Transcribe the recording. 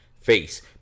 face